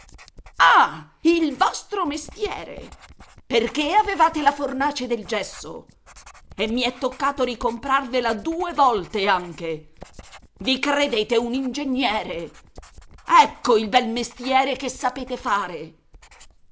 ah il vostro mestiere perché avevate la fornace del gesso e mi è toccato ricomprarvela due volte anche vi credete un ingegnere ecco il bel mestiere che sapete fare